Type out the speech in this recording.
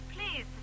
Please